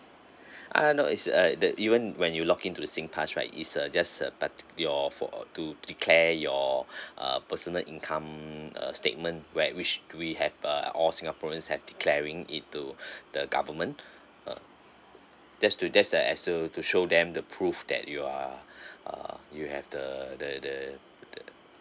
ah no no is uh the even when you log in to the singpass right it's a just a part~ your for to declare your err personal income uh statement where which we have err all singaporeans have declaring it to the government uh just to just uh as to to show them the prove that you are err you have the the the the